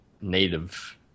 native